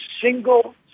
single